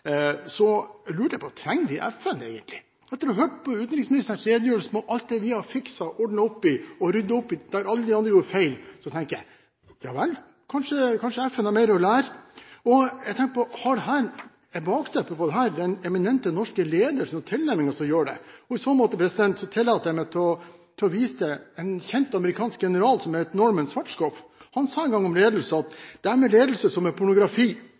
Så direkte til utenriksministerens redegjørelse: Da jeg satt og hørte på utenriksministeren, slo det meg – med all mulig respekt, utenriksminister – at jeg lurte på: Trenger vi egentlig FN? Etter å ha hørt på utenriksministerens redegjørelse om alt det vi har fikset, ordnet opp i og ryddet opp i der alle de andre gjorde feil, tenker jeg: Ja vel, kanskje FN har mer å lære. Og jeg tenker: Er bakteppet for dette den eminente norske ledelsen og tilnærmingen? I så måte tillater jeg meg å vise til en kjent amerikansk general som het Norman Schwarzkopf. Han sa en gang om ledelse: «Det er med lederskap som med pornografi.